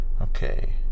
Okay